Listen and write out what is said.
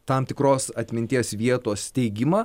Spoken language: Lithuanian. tam tikros atminties vietos steigimą